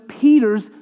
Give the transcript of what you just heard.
Peter's